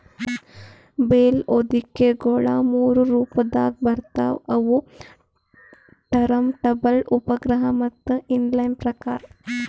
bale ಹೊದಿಕೆಗೊಳ ಮೂರು ರೊಪದಾಗ್ ಬರ್ತವ್ ಅವು ಟರಂಟಬಲ್, ಉಪಗ್ರಹ ಮತ್ತ ಇನ್ ಲೈನ್ ಪ್ರಕಾರ್